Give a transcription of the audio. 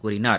கூறினார்